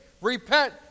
Repent